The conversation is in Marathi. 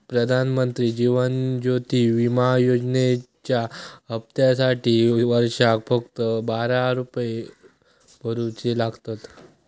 प्रधानमंत्री जीवन ज्योति विमा योजनेच्या हप्त्यासाटी वर्षाक फक्त बारा रुपये भरुचे लागतत